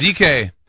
ZK